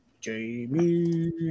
Jamie